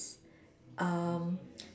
um